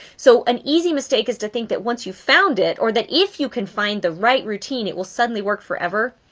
so an easy mistake is to think that once you've found it or that if you can find the right routine, it will suddenly work forever.